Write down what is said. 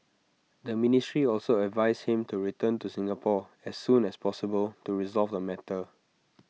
the ministry also advised him to return to Singapore as soon as possible to resolve the matter